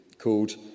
called